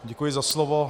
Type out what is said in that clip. Děkuji za slovo.